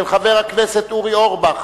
של חבר הכנסת אורי אורבך,